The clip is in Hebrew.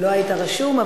לא היית רשום,